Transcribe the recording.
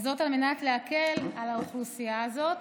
וזאת על מנת להקל על האוכלוסייה הזאת